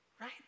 right